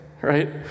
right